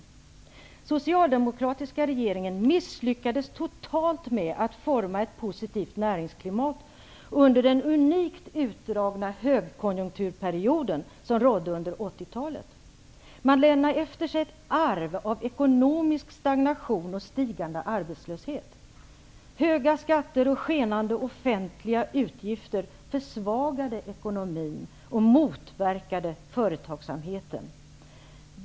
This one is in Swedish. Den socialdemokratiska regeringen misslyckades totalt med att forma ett positivt näringsklimat under den unikt utdragna högkonjunktur som rådde under 80 talet. Man lämnade efter sig ett arv av ekonomisk stagnation och stigande arbetslöshet. Höga skatter och skenande offentliga utgifter försvagade ekonomin och motverkade företagsamheten.